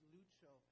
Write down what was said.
Lucho